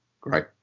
great